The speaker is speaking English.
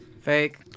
Fake